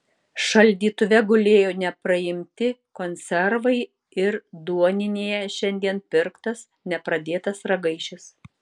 šaldytuve gulėjo nepraimti konservai ir duoninėje šiandien pirktas nepradėtas ragaišis